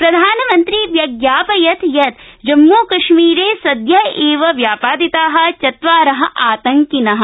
प्रधानमन्त्री व्यज्ञापयत् यत् जम्मूकश्मीरे सद्य एव व्यापादिताः चत्वारो आतंकिनः